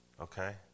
Okay